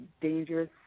dangerous